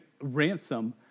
ransom